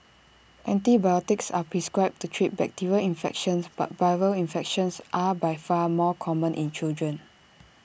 antibiotics are prescribed to treat bacterial infections but viral infections are by far more common in children